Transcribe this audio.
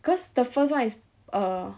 cause the first one is err